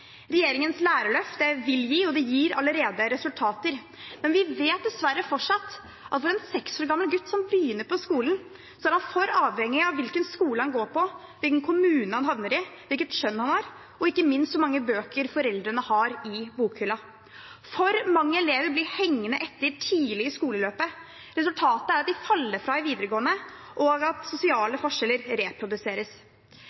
Regjeringens lærerløft vil gi – og det gir – allerede resultater. Men vi vet dessverre at fortsatt er en seks år gammel gutt som begynner på skolen, for avhengig av hvilken skole han går på, hvilken kommune han havner i, hvilket kjønn han har, og ikke minst hvor mange bøker foreldrene har i bokhyllen. For mange elever blir hengende etter tidlig i skoleløpet. Resultatet er at de faller fra i videregående, og at